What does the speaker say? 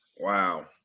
Wow